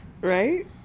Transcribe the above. Right